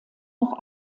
noch